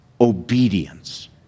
Obedience